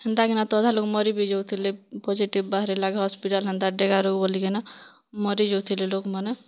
ହେନ୍ତା କିନା ତ ଅଧା ଲୋକ୍ ମରିବି ଯାଉଥିଲେ ପଜେଟିଭ୍ ବାହାରିଲା କେ ହସ୍ପିଟାଲ୍ ହେନ୍ତା ଡେକା ରୋଗ୍ ବୋଲିକିନା ମରି ଯାଉଥିଲେ ଲୋକ୍ମାନେ